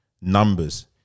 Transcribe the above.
numbers